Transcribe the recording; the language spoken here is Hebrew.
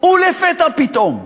ולפתע פתאום,